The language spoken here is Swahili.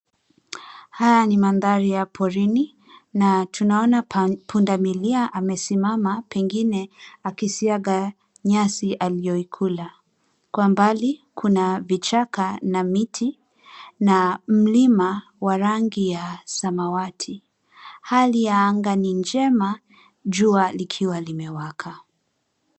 “Hii ni mandhari ya porini ambapo tunaona punda milia amesimama, akisagia nyasi alizokula. Kwa mbali, kuna vichaka, miti na mlima wenye rangi ya samawati. Hali ya anga ni nzuri, jua likiwa limewaka